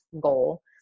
goal